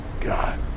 God